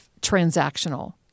transactional